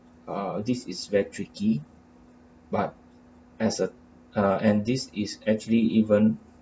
uh this is very tricky but as a uh and this is actually even